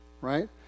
Right